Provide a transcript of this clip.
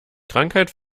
krankheit